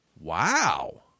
wow